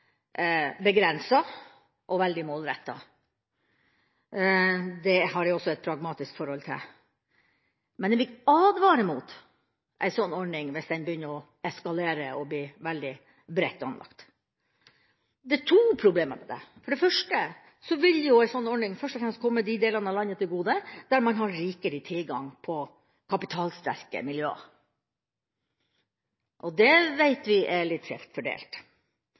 begrenset og veldig målrettet – det har jeg også et pragmatisk forhold til – men jeg vil advare mot en slik ordning hvis den begynner å eskalere og bli bredt anlagt. Det er to problemer med det. For det første vil jo en sånn ordning først og fremst komme de delene av landet til gode der man har rikelig tilgang på kapitalsterke miljøer. Det vet vi er litt skjevt fordelt.